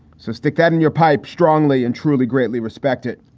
so stick that in your pipe strongly and truly greatly respect it.